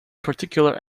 particular